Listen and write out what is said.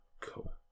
cool